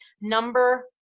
Number